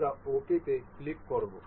আমরা OK তে click করব